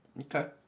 Okay